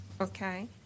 Okay